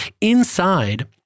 Inside